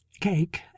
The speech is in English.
Cake